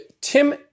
Tim